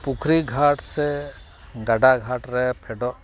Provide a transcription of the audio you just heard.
ᱯᱩᱠᱷᱨᱤ ᱜᱷᱟᱴ ᱥᱮ ᱜᱟᱰᱟ ᱜᱷᱟᱴᱨᱮ ᱯᱷᱮᱰᱚᱜ